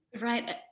Right